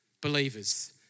believers